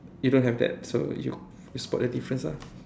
you don't have that so you you spot the difference lah